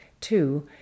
Two